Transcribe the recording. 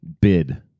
bid